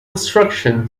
instruction